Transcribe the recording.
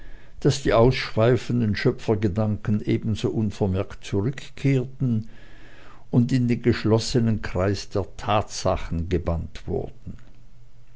daß die ausschweifenden schöpfergedanken ebenso unvermerkt zurückkehrten und in den geschlossenen kreis der tatsachen gebannt wurden